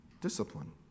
discipline